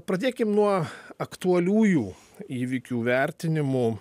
pradėkim nuo aktualiųjų įvykių vertinimų